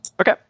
Okay